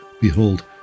behold